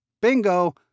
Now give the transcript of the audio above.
Bingo